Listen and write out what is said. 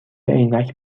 عینک